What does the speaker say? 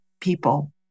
people